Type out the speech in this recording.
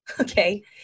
Okay